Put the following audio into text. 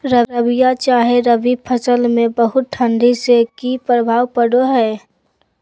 रबिया चाहे रवि फसल में बहुत ठंडी से की प्रभाव पड़ो है?